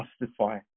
justify